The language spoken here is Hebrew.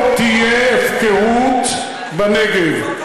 לא תהיה הפקרות בנגב.